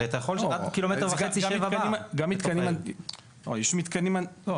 הרי אתה יכול 1.5 ק"מ --- יש מתקנים --- לא,